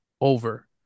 over